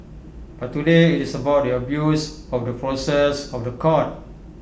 but today IT is about the abuse of the process of The Court